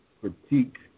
critique